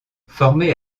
formé